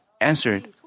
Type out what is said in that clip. answered